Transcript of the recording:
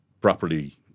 properly